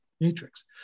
matrix